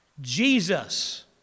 Jesus